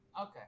Okay